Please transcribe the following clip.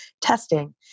testing